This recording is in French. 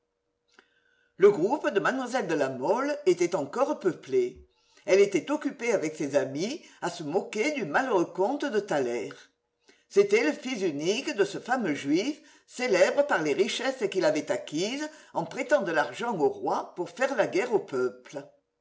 le groupe de mlle de la mole était encore peuplé elle était occupée avec ses amis à se moquer du malheureux comte de thaler c'était le fils unique de ce fameux juif célèbre par les richesses qu'il avait acquises en prêtant de l'argent aux rois pour faire la guerre aux peuples